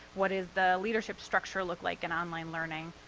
what is the leadership structure look like in online learning?